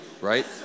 right